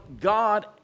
God